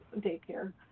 daycare